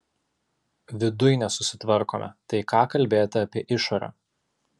viduj nesusitvarkome tai ką kalbėti apie išorę